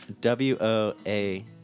W-O-A